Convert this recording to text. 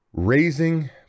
raising